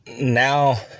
now